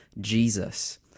Jesus